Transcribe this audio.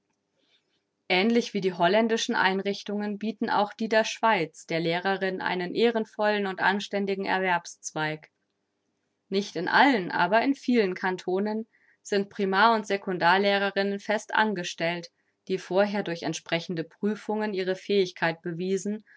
aehnlich wie die holländischen einrichtungen bieten auch die der schweiz der lehrerin einen ehrenvollen und anständigen erwerbszweig nicht in allen aber in vielen kantonen sind primar und sekundar lehrerinnen fest angestellt die vorher durch entsprechende prüfungen ihre fähigkeit bewiesen